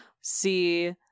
see